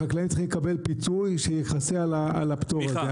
החקלאים צריכים לקבל פיצוי שיכסה על הפטור הזה.